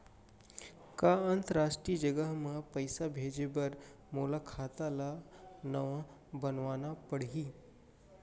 का अंतरराष्ट्रीय जगह म पइसा भेजे बर मोला खाता ल नवा बनवाना पड़ही?